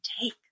take